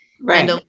right